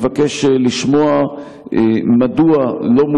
מפאת המספר המועט של המשתתפים היום,